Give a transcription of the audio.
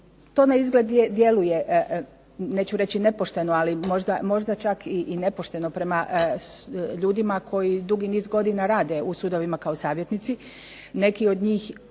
To naizgled djeluje neću reći nepošteno, ali možda čak i nepošteno prema ljudima koji dugi niz godina rade u sudovima kao savjetnici. Neki od njih